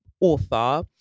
author